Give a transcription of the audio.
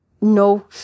no